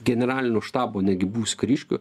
generalinio štabo netgi buvusių kariškių